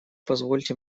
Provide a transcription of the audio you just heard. позвольте